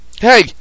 Hey